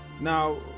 Now